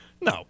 No